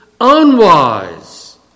unwise